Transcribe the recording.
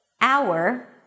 hour